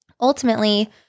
Ultimately